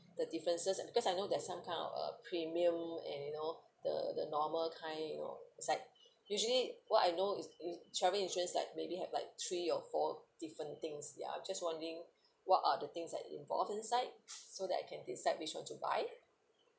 the differences because I know there's some kind of uh premium and you know the the normal kind you know it's like usually what I know is travel insurance is like maybe have like three or four different things ya just wondering what are the things that involve inside so that I can decide which [one] to buy